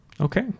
Okay